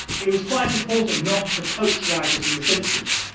it was quite important not to poach writers from the simpsons,